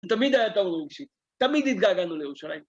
תמיד הייתה אולוגיה. תמיד התגעגענו לאושרים.